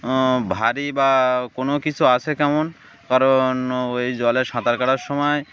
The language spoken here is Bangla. ভারী বা কোনো কিছু আছেে কেমন কারণ ওই জলে সাঁতার কাটার সময়